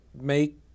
make